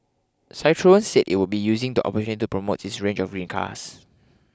Citroen said it will be using the opportunity to promote its range of green cars